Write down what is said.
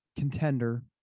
contender